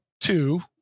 two